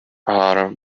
are